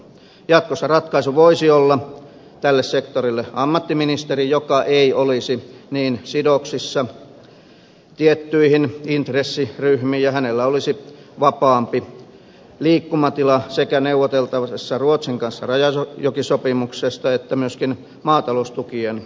jatkossa ratkaisu voisi olla tälle sektorille ammattiministeri joka ei olisi niin sidoksissa tiettyihin intressiryhmiin ja hänellä olisi vapaampi liikkumatila neuvoteltaessa sekä rajajokisopimuksesta ruotsin kanssa että myöskin maataloustukien kohtalosta